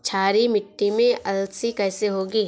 क्षारीय मिट्टी में अलसी कैसे होगी?